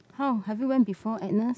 how have you went before Agnes